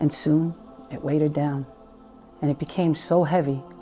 and soon it weighed her down and it became so heavy